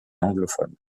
anglophone